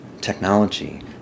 technology